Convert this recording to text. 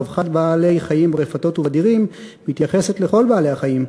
רווחת בעלי-חיים ברפתות ובדירים מתייחסת לכל בעלי-החיים,